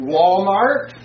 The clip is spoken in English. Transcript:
Walmart